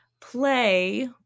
Play